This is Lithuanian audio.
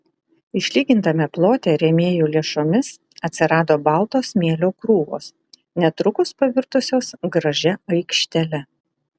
išlygintame plote rėmėjų lėšomis atsirado balto smėlio krūvos netrukus pavirtusios gražia aikštele